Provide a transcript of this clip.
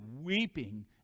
weeping